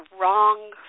wrong